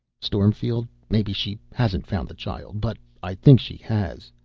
stormfield, maybe she hasn't found the child, but i think she has.